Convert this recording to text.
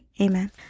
Amen